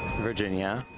Virginia